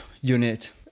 unit